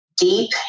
deep